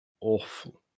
Awful